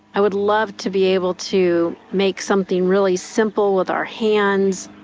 i would love to be able to make something really simple with our hands.